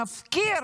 הוא מפקיר